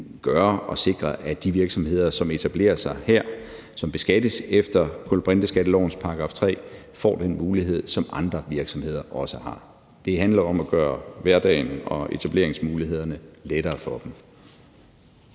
gerne vil sikre, at de virksomheder, som etablerer sig her, og som beskattes efter kulbrinteskattelovens § 3, får den mulighed, som andre virksomheder også har. Det handler om at gøre hverdagen og etableringsmulighederne lettere for dem.